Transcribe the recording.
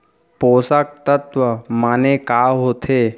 पोसक तत्व माने का होथे?